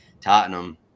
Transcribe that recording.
Tottenham